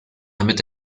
damit